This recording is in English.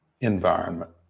environment